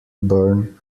burn